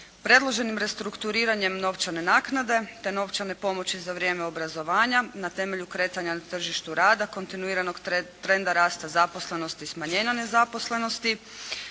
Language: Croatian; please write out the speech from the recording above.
Predloženim restrukturiranjem novčane naknade te novčane pomoći za vrijeme obrazovanja na temelju kretanja na tržištu rada kontinuiranog trenda rasta zaposlenosti i smanjenja nezaposlenosti,